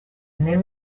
nel